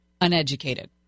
uneducated